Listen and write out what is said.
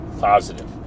positive